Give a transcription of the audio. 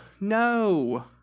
No